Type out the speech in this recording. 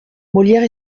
molière